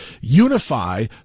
Unify